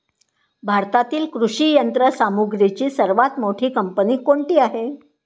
भारतातील कृषी यंत्रसामग्रीची सर्वात मोठी कंपनी कोणती आहे?